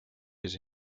his